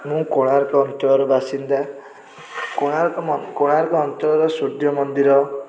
ମୁଁ କୋଣାର୍କ ଅଞ୍ଚଳର ବାସିନ୍ଦା କୋଣାର୍କ ମ କୋଣାର୍କ ଅଞ୍ଚଳର ସୂର୍ଯ୍ୟମନ୍ଦିର